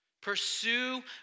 Pursue